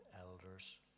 elders